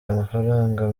amafaranga